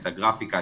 את הגרפיקה,